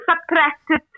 subtracted